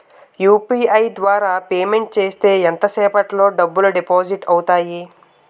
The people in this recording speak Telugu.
యు.పి.ఐ ద్వారా పేమెంట్ చేస్తే ఎంత సేపటిలో డబ్బులు డిపాజిట్ అవుతాయి?